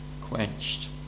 quenched